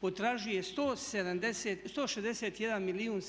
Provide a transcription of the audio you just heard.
potražuje 161 milijuna